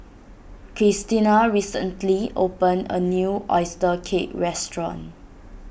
Kristina recently opened a new Oyster Cake restaurant